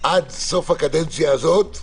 עד סוף הקדנציה הזאת,